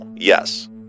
yes